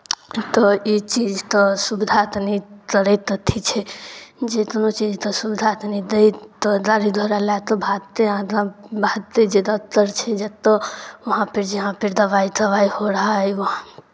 तऽ ई चीज तऽ सुविधा तऽ नहि रहैत अथि छै जे तोनो चीजते सुविधा कनि दै तऽ दाड़ी धोड़ा लए तऽ भागतै आगाँ भागतै जे डॉक्टर छै जतय वहाँपे जहाँपे दवाइ तवाइ हो रहा है वहाँ